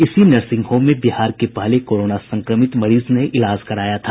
इसी nursing home में बिहार के पहले कोरोना संक्रमित मरीज ने इलाज कराया था